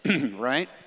right